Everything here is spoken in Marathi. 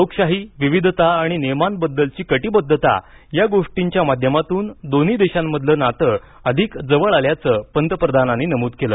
लोकशाही विविधता आणि नियमांबाबतची कटिबद्धता या गोष्टींच्या माध्यमातून दोन्ही देशांमधलं नातं अधिक जवळ आल्याच पंतप्रधानांनी नमूद केलं